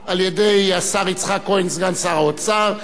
שהוצגה על-ידי השר יצחק כהן, סגן שר האוצר,